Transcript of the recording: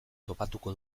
topatuko